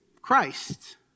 Christ